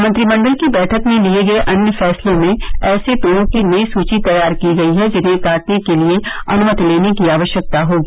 मंत्रिमण्डल की बैठक में लिये गये अन्य फैसलों में ऐसे पेड़ों की नयी सूची तैयार की गयी है जिन्हें काटने के लिये अनुमति लेने की आवश्यकता होगी